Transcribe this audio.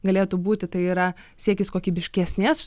galėtų būti tai yra siekis kokybiškesnės